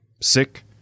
sick